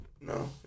No